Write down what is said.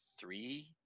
three